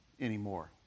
anymore